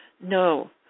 no